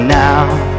now